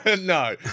no